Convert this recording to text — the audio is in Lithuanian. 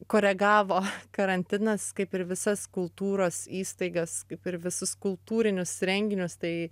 koregavo karantinas kaip ir visas kultūros įstaigas kaip ir visus kultūrinius renginius tai